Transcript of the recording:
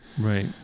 Right